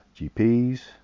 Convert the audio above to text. GPs